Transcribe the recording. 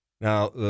Now